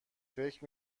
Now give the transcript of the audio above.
فکر